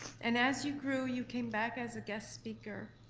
and as you grew you came back as a guest speaker.